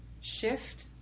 shift